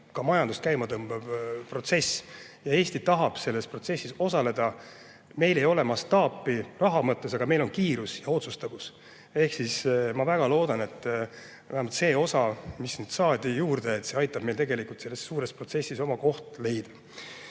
majandust käima tõmbav protsess. Eesti tahab selles protsessis osaleda. Meil ei ole mastaapi raha mõttes, aga meil on kiirus ja otsustavus. Ehk siis ma väga loodan, et vähemalt see osa, mis nüüd saadi juurde, aitab meil selles suures protsessis oma koha leida.